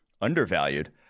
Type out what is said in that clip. undervalued